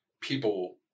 people